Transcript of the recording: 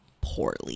poorly